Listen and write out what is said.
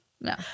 No